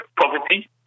poverty